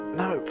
no